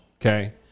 Okay